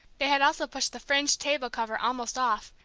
they had also pushed the fringed table-cover almost off,